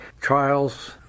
trials